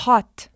Hot